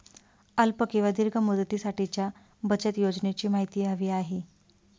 अल्प किंवा दीर्घ मुदतीसाठीच्या बचत योजनेची माहिती हवी आहे